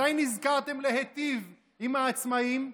מתי נזכרתם להיטיב עם העצמאים?